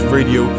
Radio